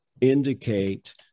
indicate